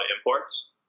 imports